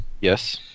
Yes